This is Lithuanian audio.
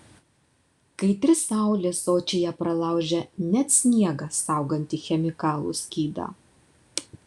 kaitri saulė sočyje pralaužia net sniegą saugantį chemikalų skydą